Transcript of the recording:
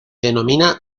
denomina